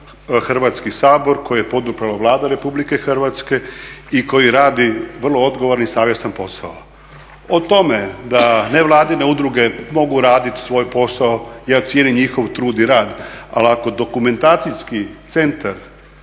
Hrvatski sabor koji je poduprla Vlada Republike Hrvatske i koji radi vrlo odgovoran i savjestan posao. O tome da nevladine udruge mogu raditi svoj posao, ja cijenim njihov trud i rad ali ako Dokumentacijski centar